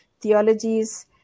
theologies